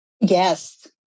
Yes